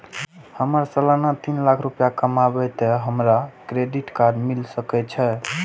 हमर सालाना तीन लाख रुपए कमाबे ते हमरा क्रेडिट कार्ड मिल सके छे?